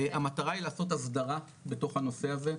המטרה היא לעשות הסדרה, בתוך הנושא הזה.